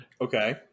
Okay